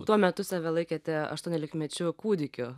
tuo metu save laikėte aštuoniolikmečiu kūdikiu